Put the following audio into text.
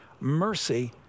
mercy